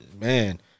Man